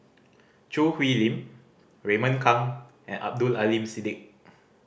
Choo Hwee Lim Raymond Kang and Abdul Aleem Siddique